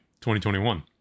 2021